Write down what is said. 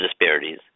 disparities